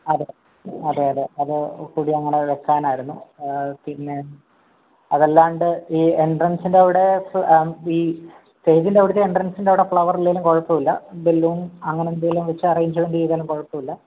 അതെ അതെ അതെ അത് കൂടി അങ്ങനെ വെക്കാനായിരുന്നു പിന്നെ അതല്ലാണ്ട് ഈ എൻട്രൻസിൻ്റെ അവിടെ ആ ഈ സ്റ്റേജിൻ്റെ അവിടുത്തെ എൻട്രൻസിൻ്റെ അവിടെ ഫ്ലവർ ഇല്ലെങ്കിലും കുഴപ്പം ഇല്ല ബലൂൺ അങ്ങനെ എന്തെങ്കിലും വെച്ച് അറേഞ്ച്മെൻറ്റ് ചെയ്താലും കുഴപ്പം ഇല്ല